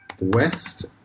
West